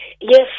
Yes